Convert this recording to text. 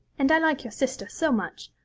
and i like your sister so much.